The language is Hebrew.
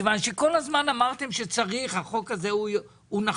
מכיוון שכל הזמן אמרתם שהחוק הזה נכון,